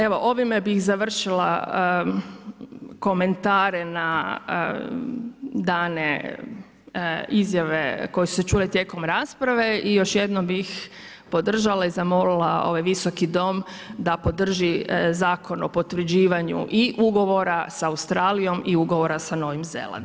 Evo, ovime bih završila komentare na dane izjave koje su se čule tijekom rasprave i još jednom bih podržala i zamolila ovaj Visoki dom da podrži Zakon o potvrđivanju i ugovora sa Australijom i ugovora sa Novim Zelandom.